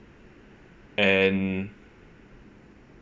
and